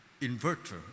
inverter